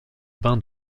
bain